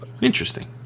Interesting